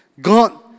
God